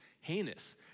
heinous